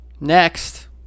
Next